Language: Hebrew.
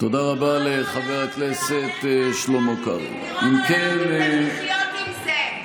לדיראון עולם, לדיראון עולם תצטרך לחיות עם זה.